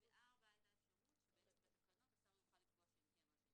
ב- (4) היתה אפשרות שבתקנות השר יוכל לקבוע שהם כן רשאים